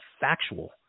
factual